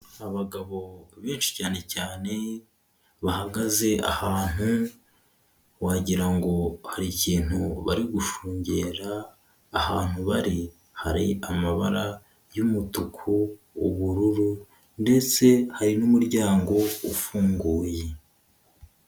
Abagabo benshi cyane cyane bahagaze ahantu wagira ngo hari ikintu bari gushungera ahantu bari hari amabara y'umutuku, ubururu ndetse hari n'umuryango ufunguye.